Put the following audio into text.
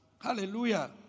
Hallelujah